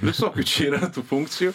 visokių čia yra tų funkcijų